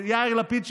ויאיר לפיד,